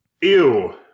Ew